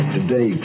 Today